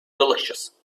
delicious